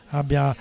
abbia